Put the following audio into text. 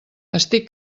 estic